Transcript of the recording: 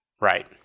right